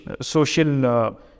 social